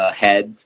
heads